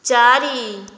ଚାରି